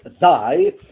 thy